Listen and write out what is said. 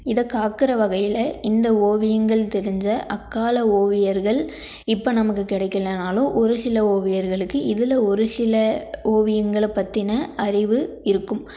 இதை காக்கிற வகையில் இந்த ஓவியங்கள் தெரிஞ்ச அக்கால ஓவியர்கள் இப்போ நமக்கு கிடைக்கலனாலும் ஒரு சில ஓவியர்களுக்கு இதில் ஒரு சில ஓவியங்களை பற்றின அறிவு இருக்கும்